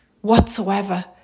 whatsoever